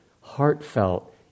heartfelt